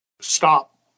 Stop